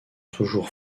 toujours